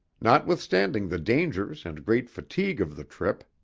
notwithstanding the dangers and great fatigue of the trip,